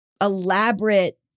elaborate